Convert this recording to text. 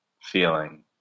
feeling